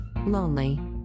Lonely